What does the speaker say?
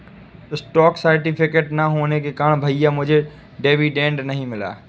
stock certificate ना होने के कारण भैया मुझे डिविडेंड नहीं मिला